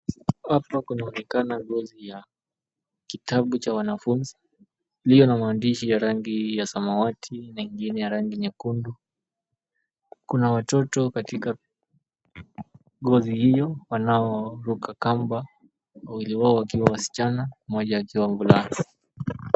Hapa kunaonekana ngozi ya kitabu cha wanafunzi iliyo na maandishi ya rangi ya samawati na ingine ya rangi nyekundu. Kuna watoto katika ngozi hiyo wanaoruka kamba, wawili wao wakiwa wasichana, mmoja akiwa mvulana.